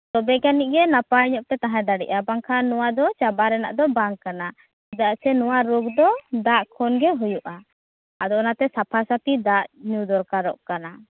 ᱛᱚᱵᱮ ᱜᱟᱱᱤ ᱜᱮ ᱱᱟᱯᱟᱭ ᱧᱚᱜ ᱯᱮ ᱛᱟᱦᱮᱸ ᱫᱟᱲᱮᱭᱟᱜᱼᱟ ᱵᱟᱝᱠᱷᱟᱱ ᱱᱚᱣᱟ ᱫᱚ ᱪᱟᱵᱟ ᱨᱮᱱᱟᱜ ᱫᱚ ᱵᱟᱝ ᱠᱟᱱᱟ ᱪᱮᱫᱟᱜ ᱥᱮ ᱱᱚᱣᱟ ᱨᱳᱜᱽ ᱫᱚ ᱫᱟᱜ ᱠᱷᱚᱱ ᱜᱮ ᱦᱩᱭᱩᱜᱼᱟ ᱟᱫᱚ ᱚᱱᱟᱛᱮ ᱥᱟᱯᱟ ᱥᱟᱯᱤ ᱫᱟᱜ ᱧᱩ ᱫᱚᱨᱠᱟᱨᱚᱜ ᱠᱟᱱᱟ